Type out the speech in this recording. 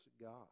God